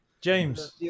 james